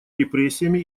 репрессиями